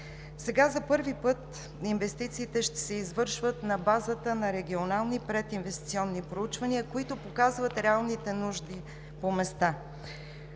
Сега за първи път инвестициите ще се извършват на базата на регионални прединвестиционни проучвания, които показват реалните нужди по места.